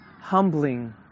humbling